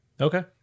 okay